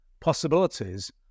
possibilities